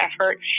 effort